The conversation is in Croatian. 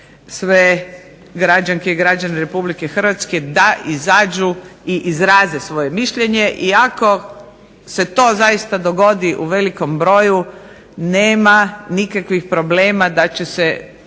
sve građanke i građane Republike Hrvatske da izađu i izraze svoje mišljenje. I ako se to zaista dogodi u velikom broju nema nikakvih problema da će se